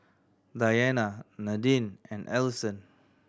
Diana Nadine and Ellison